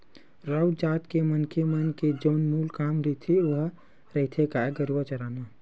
राउत जात के मनखे मन के जउन मूल काम रहिथे ओहा रहिथे गाय गरुवा चराना